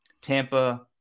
Tampa